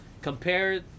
compare